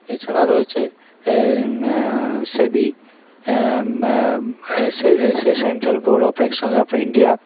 এছাড়া রয়েছে সেবি সে সে সেন central board of exchange of India